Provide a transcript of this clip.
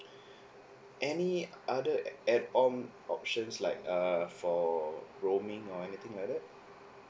any other add on options like err for roaming or anything like that